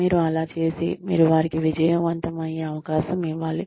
మీరు అలా చేసి మీరు వారికి విజయవంతం అయ్యే అవకాశం ఇవ్వాలి